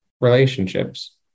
relationships